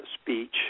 speech